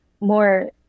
more